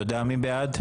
מי בעד?